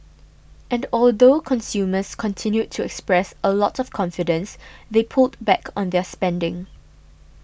and although consumers continued to express a lot of confidence they pulled back on their spending